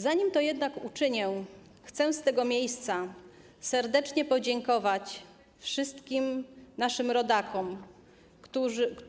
Zanim to jednak uczynię, chcę z tego miejsca serdecznie podziękować wszystkim naszym rodakom,